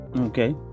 Okay